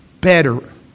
better